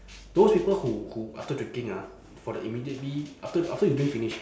those people who who after drinking ah for the immediately after after you drink finish